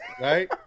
right